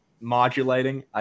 modulating